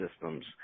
systems